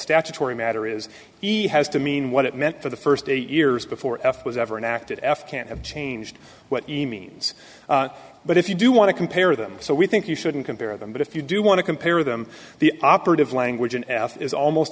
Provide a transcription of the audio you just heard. statutory matter is he has to mean what it meant for the first eight years before f was ever an active f can't have changed what but if you do want to compare them so we think you shouldn't compare them but if you do want to compare them the operative language in f is almost